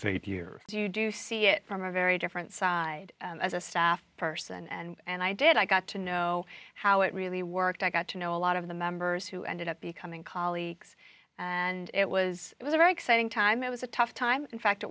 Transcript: eight years do you do you see it from a very different side as a staff person and i did i got to know how it really worked i got to know a lot of the members who ended up becoming colleagues and it was it was a very exciting time it was a tough time in fact it